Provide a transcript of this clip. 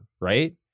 right